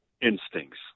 instincts